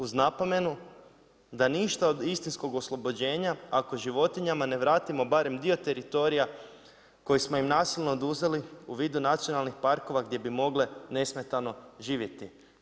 Uz napomenu, da ništa od istinskog oslobođenja, ako životinjama ne vratimo barem dio teritorija koji smo im nasilno oduzeli u vidu nacionalnih parkova, gdje bi mogle nesmetano živjeti.